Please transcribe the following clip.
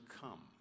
come